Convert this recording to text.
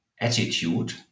attitude